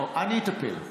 אני אטפל.